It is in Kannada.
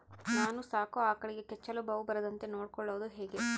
ನಾನು ಸಾಕೋ ಆಕಳಿಗೆ ಕೆಚ್ಚಲುಬಾವು ಬರದಂತೆ ನೊಡ್ಕೊಳೋದು ಹೇಗೆ?